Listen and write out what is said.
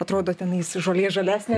atrodo tenais žolė žalesnė